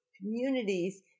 communities